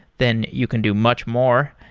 then you can do much more.